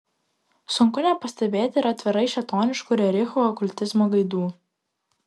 sunku nepastebėti ir atvirai šėtoniškų rerichų okultizmo gaidų